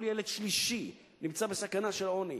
כל ילד שלישי נמצא בסכנה של עוני.